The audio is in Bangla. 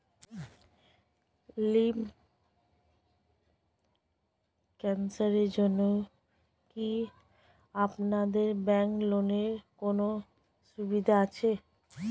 লিম্ফ ক্যানসারের জন্য কি আপনাদের ব্যঙ্কে লোনের কোনও সুবিধা আছে?